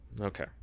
Okay